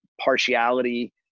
partiality